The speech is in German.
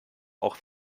auch